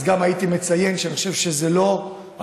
אז גם הייתי מציין שאני חושב שזה לא החוק